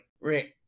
Right